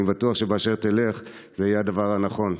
אני בטוח שבאשר תלך, זה יהיה הדבר הנכון.